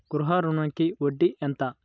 గృహ ఋణంకి వడ్డీ ఎంత?